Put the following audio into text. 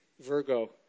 Virgo